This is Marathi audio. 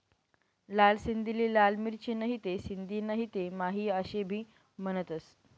लाल सिंधीले लाल मिरची, नहीते सिंधी नहीते माही आशे भी म्हनतंस